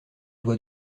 doit